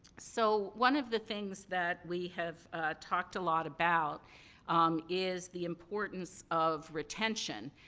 so, one of the things that we have talked a lot about is the importance of retention,